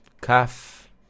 Kaf